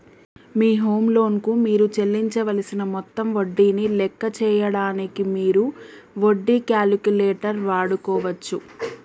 మీ home loan కు మీరు చెల్లించవలసిన మొత్తం వడ్డీని లెక్క చేయడానికి మీరు వడ్డీ క్యాలిక్యులేటర్ వాడుకోవచ్చు